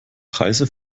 preise